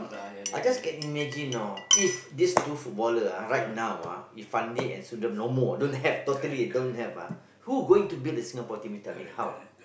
I just can imagine you know if these two footballer ah right now ah if Fandi and Sundram no more don't have totally don't have ah who gonna build the Singapore team how